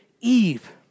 Eve